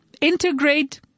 Integrate